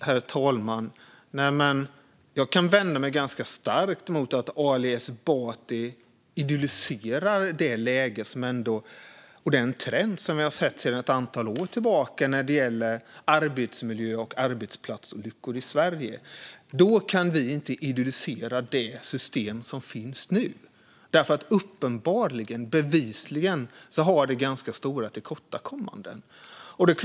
Herr talman! Jag vänder mig starkt emot att Ali Esbati idylliserar det läge och den trend som vi har sett sedan ett antal år tillbaka när det gäller arbetsmiljö och arbetsplatsolyckor i Sverige. Då kan vi inte idyllisera det system som finns nu. Uppenbarligen - bevisligen - har det systemet stora tillkortakommanden.